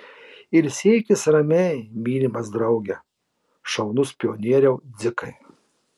ilsėkis ramiai mylimas drauge šaunus pionieriau dzikai